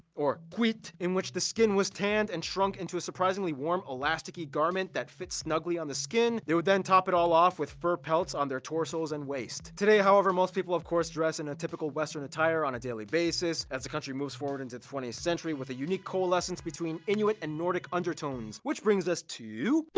or gwit in which the skin was tanned and shrunk into a surprisingly warm elasticy garment that fits snugly on the skin they would then top it all off with fur pelts on their torsos and waist. today however most people of course dress in a typical western attire on a daily basis as the country moves forward into twentieth century with a unique coalescence between inuit and nordic undertones. which brings us to